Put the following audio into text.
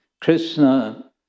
Krishna